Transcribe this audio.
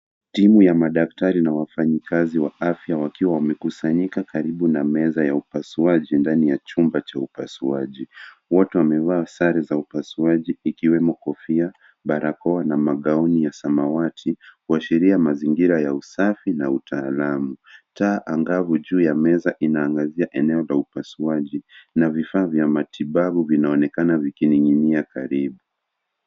Timu ya madaktari na wafanyakazi wa afya wakiwa wamekusanyika karibu na meza ya upasuaji ndani ya chumba cha upasuaji. Wote wamevaa sare za upasuaji ikiwemo kofia, barakoa na magauni ya samawati, kuashiria mazingira ya usafi na utaalamu. Taa anga'vu juu ya meza inaangazia eneo la upasuaji na vifaa vya matibabu vinaonekana vikining'inia karibu.